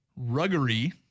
Ruggery